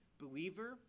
Believer